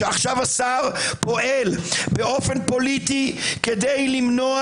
כשעכשיו השר פועל באופן פוליטי כדי למנוע